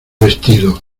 vestido